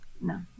no